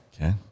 Okay